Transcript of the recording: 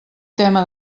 tema